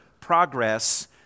progress